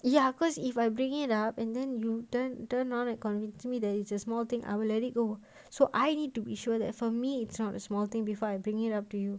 ya cause if I bring it up and then you then turn around and convinced me that it's a small thing I will let it go so I need to be sure that for me it's not a small thing before I bring it up to you